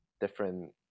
different